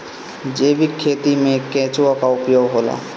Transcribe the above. जैविक खेती मे केचुआ का उपयोग होला?